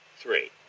three